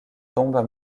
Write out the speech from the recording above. tombent